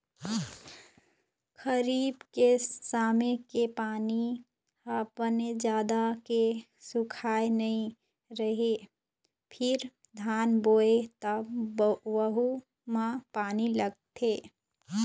खरीफ के समे के पानी ह बने जात के सुखाए नइ रहय फेर धान बोबे त वहूँ म पानी लागथे